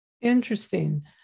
Interesting